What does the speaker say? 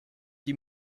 die